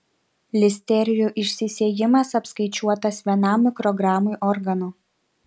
listerijų išsisėjimas apskaičiuotas vienam mikrogramui organo